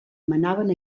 manaven